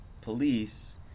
police